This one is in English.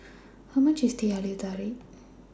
How much IS Teh Halia Tarik